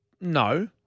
No